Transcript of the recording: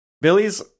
Billy's